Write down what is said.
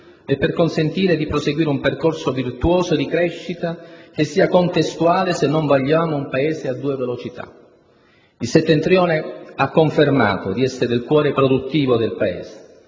e per consentire di proseguire un percorso virtuoso di crescita che sia contestuale, se non vogliamo un Paese a due velocità. Il settentrione ha confermato di essere il cuore produttivo del Paese,